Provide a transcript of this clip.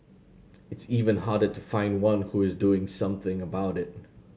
it's even harder to find one who is doing something about it